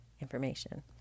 information